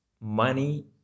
money